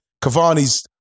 Cavani's